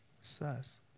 says